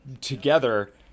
together